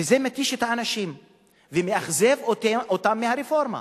זה מתיש את האנשים ומאכזב אותם ברפורמה.